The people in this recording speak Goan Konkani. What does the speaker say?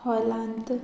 हॉलांत